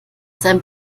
seinem